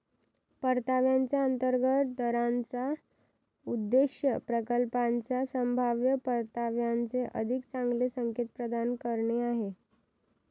परताव्याच्या अंतर्गत दराचा उद्देश प्रकल्पाच्या संभाव्य परताव्याचे अधिक चांगले संकेत प्रदान करणे आहे